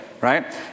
right